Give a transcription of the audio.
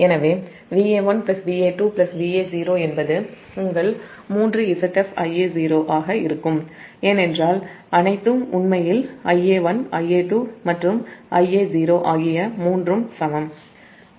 எனவே Va1 Va2 Va0 என்பது உங்கள் 3ZfIa0 ஆக இருக்கும் ஏனென்றால் அனைத்தும் உண்மையில் Ia1 Ia2 மற்றும் Ia0 ஆகிய மூன்றும் சமம் 13 Ia சமம்